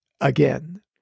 again